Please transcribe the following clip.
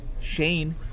shane